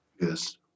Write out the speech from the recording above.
Yes